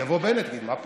יבוא בנט ויגיד: מה פתאום,